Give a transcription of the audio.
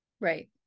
Right